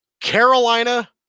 Carolina